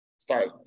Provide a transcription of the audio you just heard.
start